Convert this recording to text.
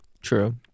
True